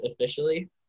officially